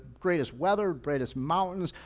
greatest weather, greatest mountains,